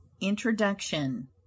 introduction